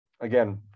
again